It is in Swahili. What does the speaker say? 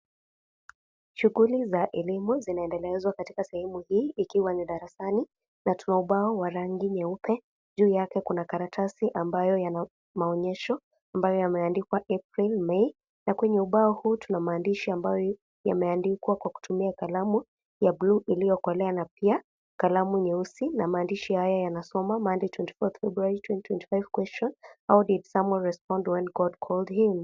Shughuli za elimu zinaendelezwa katika sehemu hii ikiwa ni darasani, na tuna ubao wa rangi nyeupe. Juu yake kuna karatasi ambayo yana maonyesho, ambayo yameandikwa April- May . Na kwenye ubao huu tuna maandishi ambayo yameandikwa kwa kutumia kalamu ya bluu iliyokolea na pia kalamu nyeusi na maandishi haya yanasoma Monday 24th February 2025 question, how did Samuel respond when God called him?